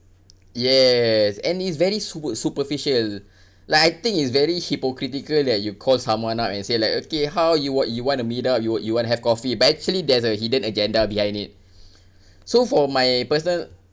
yes and it's very super~ superficial like I think it's very hypocritical that you call someone up and say like okay how you what you want to meet up you wa~ you wanna have coffee but actually there's a hidden agenda behind it so for my personal